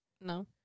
No